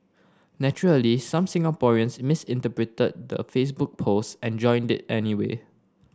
naturally some Singaporeans misinterpreted the Facebook post and joined it anyway